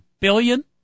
billion